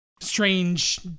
strange